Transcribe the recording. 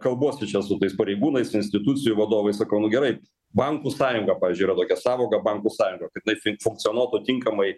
kalbuosi čia su tais pareigūnais institucijų vadovais sakau nu gerai bankų sąjunga pavyzdžiui yra tokia sąvoka bankų sąjungą kad jinai fin funkcionuotų tinkamai